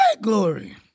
glory